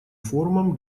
форумом